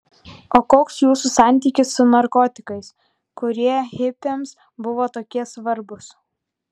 o koks jūsų santykis su narkotikais kurie hipiams buvo tokie svarbūs